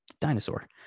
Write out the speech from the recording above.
dinosaur